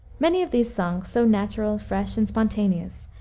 many of these songs, so natural, fresh, and spontaneous,